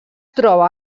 troba